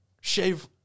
shave